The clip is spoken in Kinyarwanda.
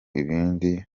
ibindi